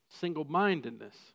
single-mindedness